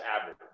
average